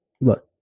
Look